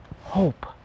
hope